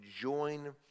join